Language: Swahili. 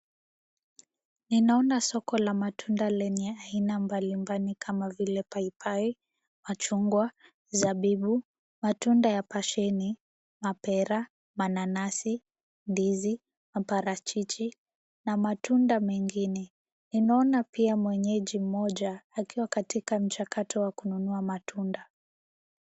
Ninaona soko la matunda lenye aina mbalimbali kama vile paipai, machungwa, zabibu, matunda ya pasheni, mapera, mananasi, ndizi, maparachichi na matunda mengine. Ninaona pia mwenyeji mmoja akiwa katika mchakato wa kununua matunda.